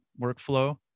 workflow